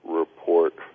report